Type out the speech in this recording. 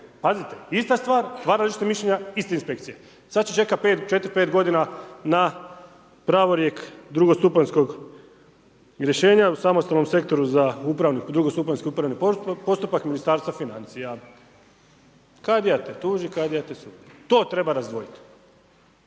pazite, ista stvar, dva različita mišljenja, ista inspekcija. Sada će čekati 4-5 g. na pravorijek drugostupanjskog rješenja u samostalnom sektoru za drugostupanjsko upravni postupak Ministarstva financija. Kadija te tuži, kadija te sudi. To treba razdvojiti.